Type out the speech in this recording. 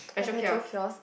at petrol kiosk